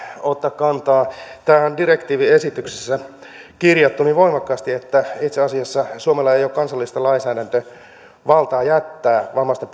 ottaa kantaa tämähän on direktiiviesityksessä kirjattu niin voimakkaasti että itse asiassa suomella ei ole kansallista lainsäädäntövaltaa jättää vammaisten